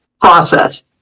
process